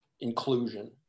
inclusion